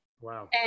Wow